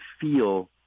feel